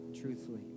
truthfully